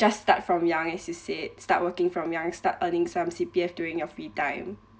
just start from young as you said start working from young start earning some C_P_F during your free time